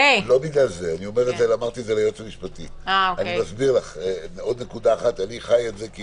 עוד נקודה אחת, אני חי את זה כי